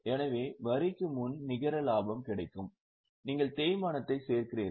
எனவே வரிக்கு முன் நிகர லாபம் கிடைக்கும் நீங்கள் தேய்மானத்தை சேர்க்கிறீர்கள்